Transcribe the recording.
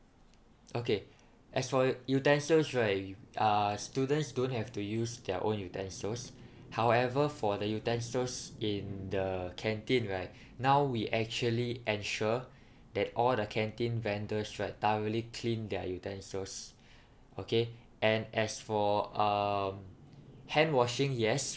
okay as for your utensils right uh students don't have to use their own utensils however for the utensils in the canteen right now we actually ensure that all the canteen vendors right thoroughly clean their utensils okay and as for um hand washing yes